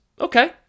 Okay